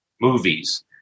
movies